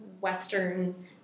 Western